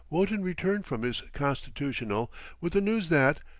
wotton returned from his constitutional with the news that,